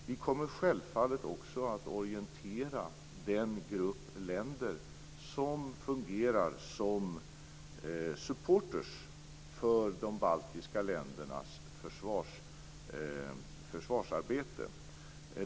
Vi kommer självfallet också att orientera den grupp länder som fungerar som support för de baltiska ländernas försvarsarbete.